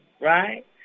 right